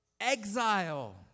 Exile